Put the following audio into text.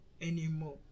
anymore